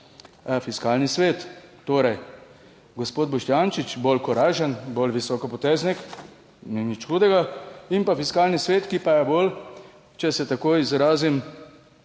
Fiskalni svet. Torej, gospod Boštjančič bolj korajžen, bolj visokopoteznik, ni nič hudega. In pa Fiskalni svet, ki pa je bolj, če se tako izrazim,